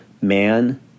man